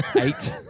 Eight